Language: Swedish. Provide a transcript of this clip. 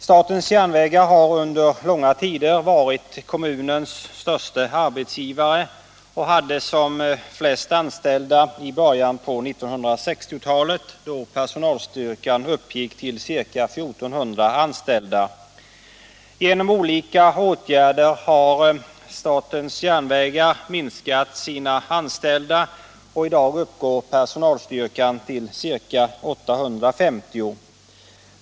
Statens järnvägar har under långa tider varit kommunens störste arbetsgivare och hade flest anställda i början på 1960-talet, då personalstyrkan uppgick till ca 1 400 anställda. Genom olika åtgärder har statens järnvägar minskat antalet anställda, och i dag uppgår personalstyrkan till ca 850.